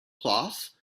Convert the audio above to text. cloths